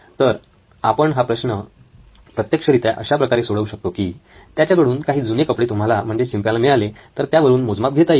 तर आपण हा प्रश्न प्रत्यक्षरीत्या अशाप्रकारे सोडवू शकतो की त्याच्याकडून काही जुने कपडे तुम्हाला म्हणजेच शिंप्याला मिळाले तर त्यावरून मोजमाप घेता येईल